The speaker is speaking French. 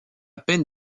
peine